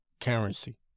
currency